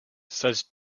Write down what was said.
such